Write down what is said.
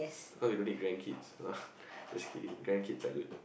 cause we no need grandkids no lah just kidding grandkids are good